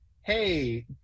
Hey